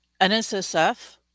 NSSF